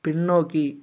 பின்னோக்கி